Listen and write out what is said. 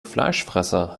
fleischfresser